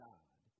God